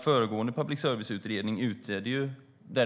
Föregående public service-utredning tog